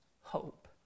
hope